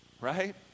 right